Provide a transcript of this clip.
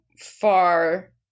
far